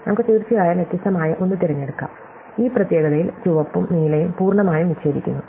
നമുക്ക് തീർച്ചയായും വ്യത്യസ്തമായ ഒന്ന് തിരഞ്ഞെടുക്കാം ഈ പ്രത്യേകതയിൽ ചുവപ്പും നീലയും പൂർണ്ണമായും വിച്ഛേദിക്കുന്നു